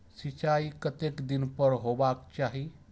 सिंचाई कतेक दिन पर हेबाक चाही?